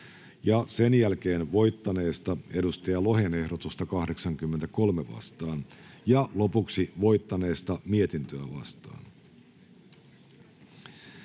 sen jälkeen voittaneesta Markus Lohen ehdotusta 83 vastaan ja lopuksi voittaneesta mietintöä vastaan.